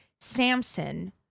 Samson